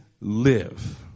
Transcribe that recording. live